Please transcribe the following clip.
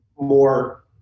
more